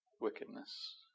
wickedness